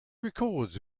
records